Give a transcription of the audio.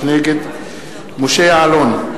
נגד משה יעלון,